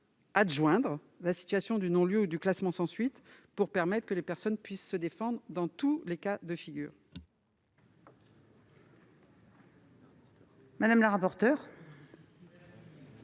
adjoindre la situation du non-lieu ou du classement sans suite dans le texte, pour permettre aux personnes de se défendre dans tous les cas de figure.